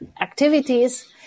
activities